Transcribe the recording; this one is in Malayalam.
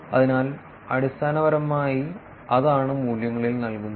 അതിനാൽ അടിസ്ഥാനപരമായി അതാണ് മൂല്യങ്ങളിൽ നൽകുന്നത്